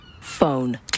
Phone